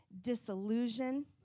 disillusion